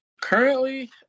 Currently